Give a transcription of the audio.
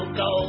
go